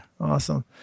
awesome